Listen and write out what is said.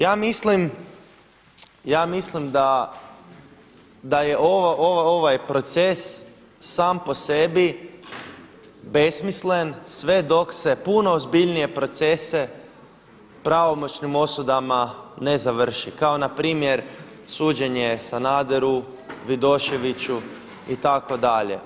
Ja mislim da je ovaj proces sam po sebi besmislen sve dok se puno ozbiljnije procese pravomoćnim osudama ne završi, kao npr. suđenje Sanaderu, Vidoševiću itd.